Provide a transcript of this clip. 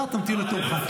--- אני משיב לו.